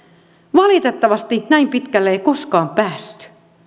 valitettavasti näin pitkälle ei koskaan päästy